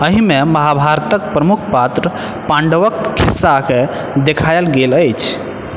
एहिमे महाभारतके प्रमुख पात्र पाण्डवकेँ खिस्साकेँ देखाएल गेल अछि